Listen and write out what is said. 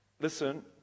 listen